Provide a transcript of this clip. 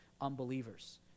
unbelievers